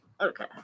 Okay